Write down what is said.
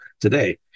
today